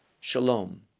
shalom